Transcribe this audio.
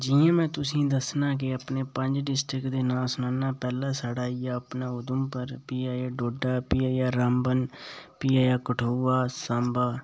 जि'यां में तुसें'गी दस्सना के अपनी पंज डिस्ट्रिक दे नां सनान्ना पैह्ला साढ़ा आई गेआ अपना उधमपुर भी आई गेआ डोडा फ्ही आया रामबन फ्ही आया कठुआ साम्बा